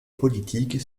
politique